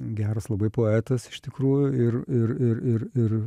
geras labai poetas iš tikrųjų ir ir ir ir ir